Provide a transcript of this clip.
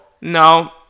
No